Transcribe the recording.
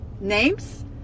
names